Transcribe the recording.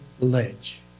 ledge